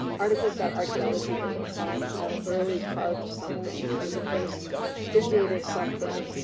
articles about archeology where they'll find, you know early carved something or the first figurative something,